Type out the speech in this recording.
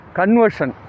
conversion